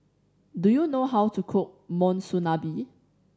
do you know how to cook Monsunabe